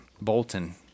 Bolton